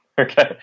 Okay